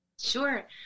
Sure